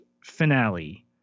Finale